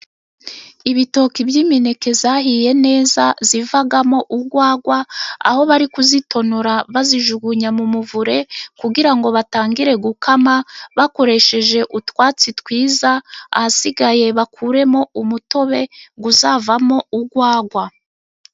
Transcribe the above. Ibitoki by'imineke yahiye neza ivamo urwagwa, aho bari kuyitonora bayijugunya mu muvure, kugira ngo batangire gukama bakoresheje utwatsi twiza, ahasigaye bakuremo umutobe uzavamo urwagwa.